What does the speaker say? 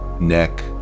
neck